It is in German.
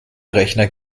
rechner